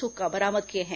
हुक्का बरामद किए हैं